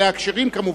אלה הכשרים כמובן.